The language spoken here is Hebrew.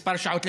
מספר שעות.